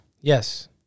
yes